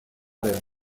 denok